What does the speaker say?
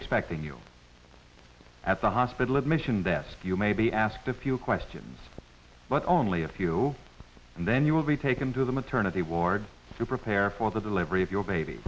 expecting you at the hospital admission that you maybe ask a few questions but only a few and then you will be taken to the maternity ward to prepare for the delivery of your baby